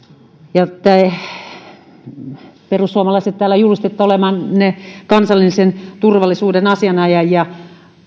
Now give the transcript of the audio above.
te perussuomalaiset täällä julistitte olevanne kansallisen turvallisuuden asianajajia